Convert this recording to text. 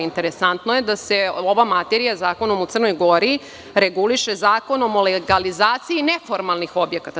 Interesantno je da se ova materija zakonom u Crnoj Gori reguliše Zakonom o legalizaciji neformalnih objekata.